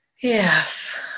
Yes